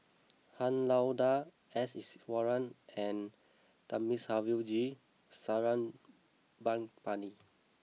Han Lao Da S Iswaran and Thamizhavel G Sarangapani